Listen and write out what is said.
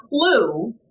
clue